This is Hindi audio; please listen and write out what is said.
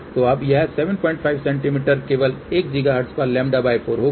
तो अब यह 75 सेमी केवल 1 GHz पर λ 4 होगा